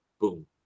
boom